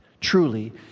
Truly